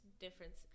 difference